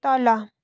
तल